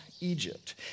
Egypt